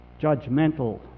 judgmental